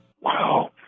Wow